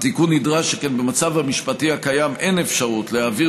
התיקון נדרש שכן במצב המשפטי הקיים אין אפשרות להעביר